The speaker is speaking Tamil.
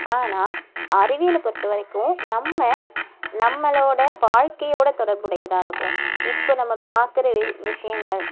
ஆனால் அறிவியலைப் பொறுத்தவரைக்கும் நம்ம நம்மளோட வாழ்க்கையோட தொடர்புடையதாக இருக்கும் இப்போ நம்ம பார்க்குற விசயங்கள்